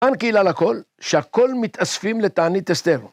‫אין כאילה לכל שהכול מתאספים ‫לתענית אסתר.